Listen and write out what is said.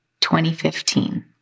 2015